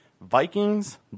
Vikings